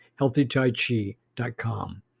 HealthyTaiChi.com